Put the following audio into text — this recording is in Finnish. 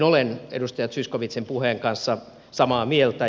olen edustaja zyskowiczin puheen kanssa samaa mieltä